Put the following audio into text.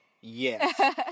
yes